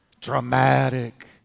Dramatic